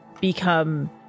become